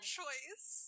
choice